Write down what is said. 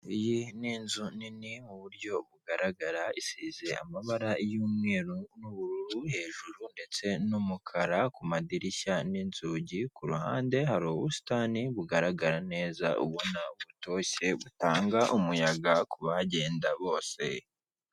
Iyi ni inzu nini mu buryo bugaragara isize amabara y'umweru n'ubururu hejuru ndetse n'umukara ku madirishya n'inzugi ku ruhande hari ubusitani bugaragara neza ubona butoshye, butanga umuyaga ku bagenda bose.